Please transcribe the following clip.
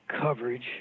coverage